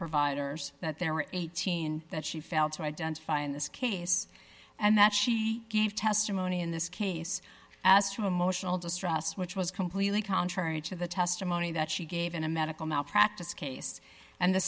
providers that there were eighteen that she failed to identify in this case and that she gave testimony in this case as to emotional distress which was completely contrary to the testimony that she gave in a medical malpractise case and the